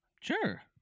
Sure